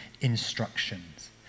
instructions